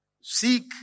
seek